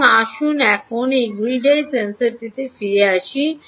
সুতরাং আসুন এখন এই গ্রিড আই সেন্সরটিতে ফিরে আসি